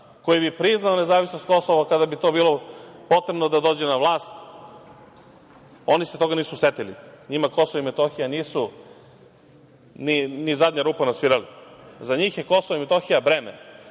koji bi priznao nezavisnost Kosova kada bi to bilo potrebno da dođe na vlast. Oni se toga nisu setili, njima Kosovo i Metohija nisu ni zadnja rupa na svirala. Za njih su Kosovo i Metohija